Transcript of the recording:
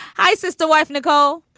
isis, the wife. nicole,